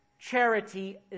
Charity